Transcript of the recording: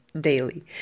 daily